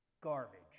Garbage